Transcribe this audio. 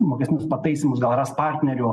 mokestinius pataisymus gal ras partnerių